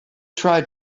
tried